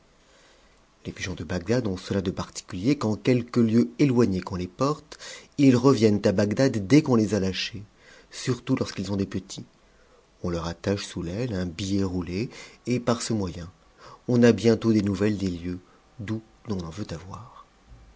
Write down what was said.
les pigeons de bagdad ont cela de particulier qu'en quelque lieu éloigné qu'on les porte ils reviennent à bagdad dès qu'on les a lâchés surtout lorsqu'ils ont des petits on leur attache sous l'aile un billet routé et par ce moyen on a bientôt des nouvelles des lieux d'où t'en en veut savoir